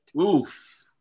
Oof